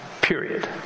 Period